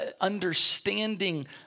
understanding